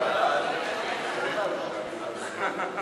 וחסינויות של הארגון האירופי למחקר